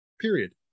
period